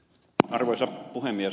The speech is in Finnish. arvoisa puhemies